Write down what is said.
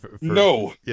No